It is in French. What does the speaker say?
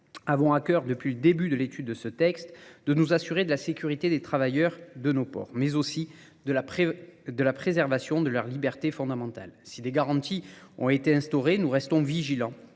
avons à cœur depuis le début de l'étude de ce texte de nous assurer de la sécurité des travailleurs de nos ports, mais aussi de la préservation de leur liberté fondamentale. Si des garanties ont été instaurées, nous restons vigilants